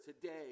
today